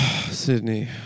Sydney